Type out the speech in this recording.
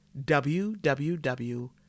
www